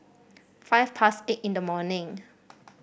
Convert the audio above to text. five past eight in the morning